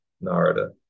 Narada